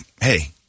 hey